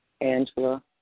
Angela